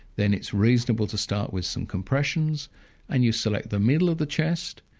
then it's reasonable to start with some compressions and you select the middle of the chest,